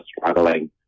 struggling